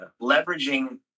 leveraging